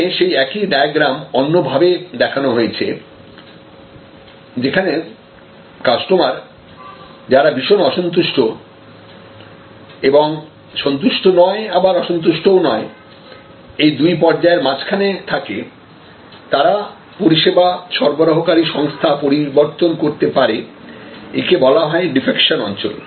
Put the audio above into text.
এখানে সেই একই ডায়াগ্রাম অন্য ভাবে দেখানো হয়েছে যেখানে কাস্টমার যারা ভীষণ অসন্তুষ্ট এবং সন্তুষ্ট নয় আবার অসন্তুষ্ট ও নয় এই দুই পর্যায়ের মাঝখানে থাকে তারা পরিষেবা সরবরাহকারী সংস্থা পরিবর্তন করতে পারে একে বলা হয় ডিফেকশন অঞ্চল